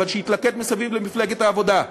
אבל שיתלכד מסביב למפלגת העבודה.